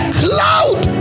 cloud